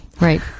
Right